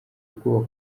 ubwoba